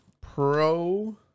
Pro